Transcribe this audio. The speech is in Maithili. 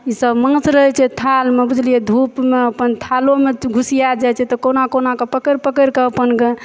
इसब माँछ रहै छै थालमे बुझलियै धुपमे अपन थालोमे घुसिया जाइ छै तऽ कोना कोना कऽ पकरि पकरि कऽ अपन गऽ